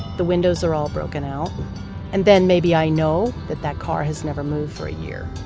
the windows are all broken out and then maybe i know that that car has never moved for a year.